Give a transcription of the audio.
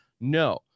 no